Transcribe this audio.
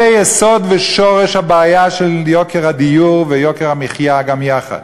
זה יסוד ושורש הבעיה של יוקר הדיור ויוקר המחיה גם יחד.